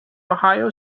ohio